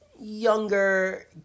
younger